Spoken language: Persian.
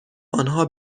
آنها